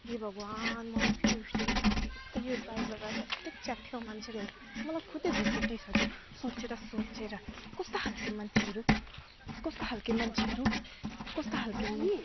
हे भगवान् म त पुरा फसेँ एकदम यो ड्राइभर दाइ चाहिँ एकदम च्याँठिएको मान्छे रहेछ मलाई खुदै रिस उठिसक्यो सोचेर सोचेर कस्तो खाल्के मान्छेहरू कस्तो खाल्के मान्छेहरू कस्तो खाल्के